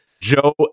Joe